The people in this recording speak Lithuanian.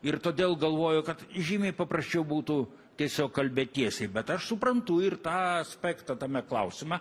ir todėl galvoju kad žymiai paprasčiau būtų tiesiog kalbėt tiesiai bet aš suprantu ir tą aspektą tame klausime